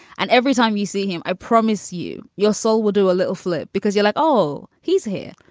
and every time you see him, i promise you, your soul will do a little flip because you're like, oh, he's here.